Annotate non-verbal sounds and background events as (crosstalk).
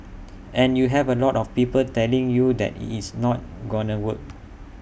(noise) and you have A lot of people telling you that IT it's not gonna work